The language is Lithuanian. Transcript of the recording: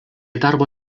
darbo